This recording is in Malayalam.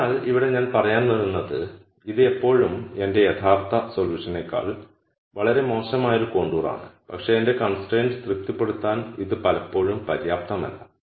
അതിനാൽ ഇവിടെ ഞാൻ പറയാൻ വരുന്നത് ഇത് ഇപ്പോഴും എന്റെ യഥാർത്ഥ സൊല്യൂഷനേക്കാൾ വളരെ മോശമായ ഒരു കോണ്ടൂർ ആണ് പക്ഷേ എന്റെ കൺസ്ട്രൈന്റു തൃപ്തിപ്പെടുത്താൻ ഇത് ഇപ്പോഴും പര്യാപ്തമല്ല